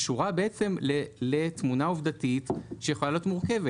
קשורה לתמונה עובדתית שיכולה להיות מורכבת.